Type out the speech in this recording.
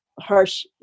harsh